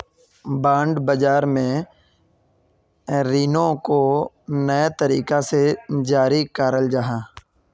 bond बाज़ार में रीनो को नए तरीका से जारी कराल जाहा